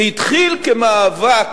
זה התחיל כמאבק